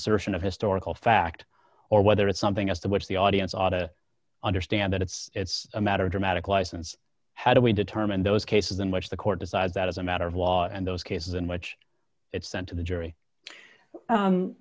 assertion of historical fact or whether it's something as to which the audience ought to understand that it's a matter of dramatic license how do we determine those cases in which the court decides that as a matter of law and those cases in which it's sent to the jury